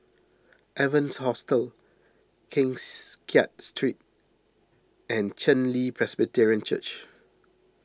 Evans Hostel Kengs Kiat Street and Chen Li Presbyterian Church